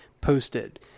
posted